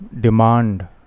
demand